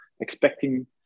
expecting